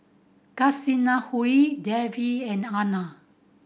Kasinadhuni Dev and Anand